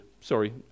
Sorry